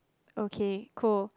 okay cool